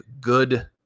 good